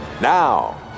Now